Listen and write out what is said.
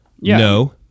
No